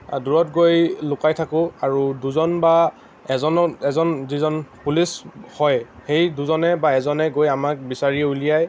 দূৰত গৈ লুকাই থাকোঁ আৰু দুজন বা এজনৰ এজন যিজন পুলিচ হয় সেই দুজনে বা এজনে গৈ আমাক বিচাৰি উলিয়ায়